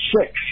six